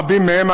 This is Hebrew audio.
רבים מהם,